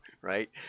right